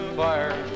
fire